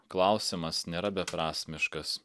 klausimas nėra beprasmiškas